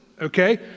okay